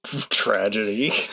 tragedy